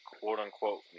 quote-unquote